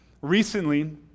Recently